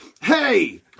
hey